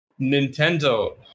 Nintendo